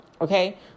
Okay